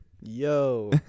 Yo